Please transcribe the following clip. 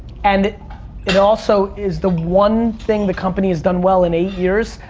and it also is the one thing the company has done well in eight years,